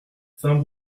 saint